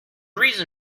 reason